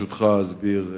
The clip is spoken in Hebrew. ברשותך, אני אסביר מהמקום.